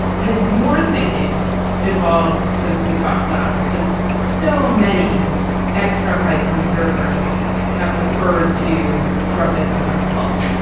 has your thinking evolved since we talked last, since so many ex trump ites and observers have referred to trump ism as a cult?